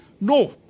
No